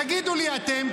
תגידו לי אתם,